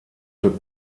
für